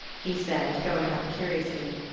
he said, going up curiously.